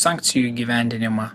sankcijų įgyvendinimą